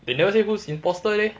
they never say who is imposter leh